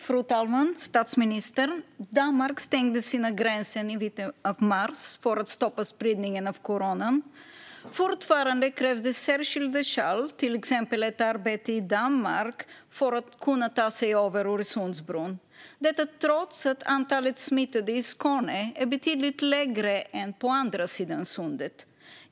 Fru talman! Danmark stängde sina gränser i mitten av mars för att stoppa spridningen av corona. Fortfarande krävs det särskilda skäl, till exempel ett arbete i Danmark, för att kunna ta sig över Öresundsbron, detta trots att antalet smittade i Skåne är betydligt lägre än på andra sidan Sundet.